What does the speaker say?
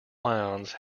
ions